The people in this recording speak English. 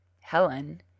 Helen